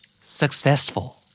successful